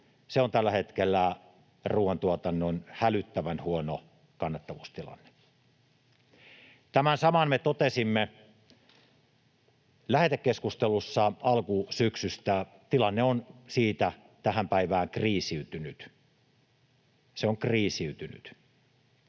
on tällä hetkellä ruuantuotannon hälyttävän huono kannattavuustilanne. Tämän saman me totesimme lähetekeskustelussa alkusyksystä. Tilanne on siitä tähän päivään kriisiytynyt — se on kriisiytynyt.